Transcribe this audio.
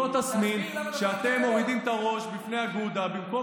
אותו תסמין שאתם מורידים את הראש בפני אגודה במקום